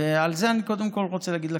ועל זה אני קודם כול רוצה להגיד לכם,